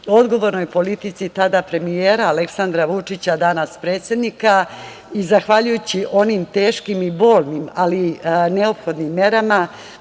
odgovornoj politici tada premijera Aleksandra Vučića, danas predsednika i zahvaljujući onim teškim i bolnim, ali neophodnim merama